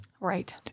Right